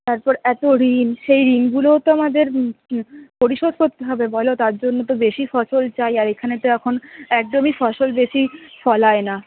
তারপর এত ঋণ সেই ঋণগুলোও তো আমাদের পরিশোধ করতে হবে বলো তার জন্যে তো বেশি ফসল চাই আর এখানে তো এখন একদমই ফসল বেশি ফলায় না